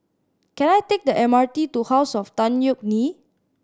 can I take the M R T to House of Tan Yeok Nee